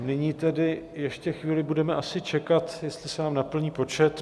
Nyní tedy ještě chvíli budeme asi čekat, jestli se nám naplní počet.